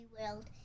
World